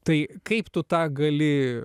tai kaip tu tą gali